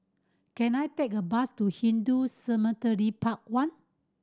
can I take a bus to Hindu Cemetery Path One